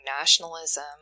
nationalism